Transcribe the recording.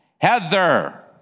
Heather